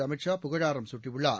அமித் ஷா புகழாரம் சூட்டியுள்ளார்